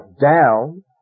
down